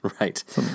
Right